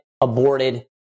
aborted